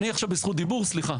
אני עכשיו בזכות דיבור, סליחה.